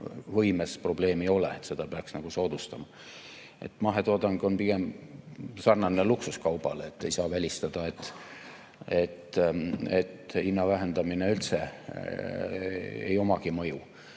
ostuvõimega probleemi ei ole, et seda peaks soodustama. Mahetoodang on pigem sarnane luksuskaubaga. Ei saa välistada, et hinna vähendamisel üldse ei olegi mõju.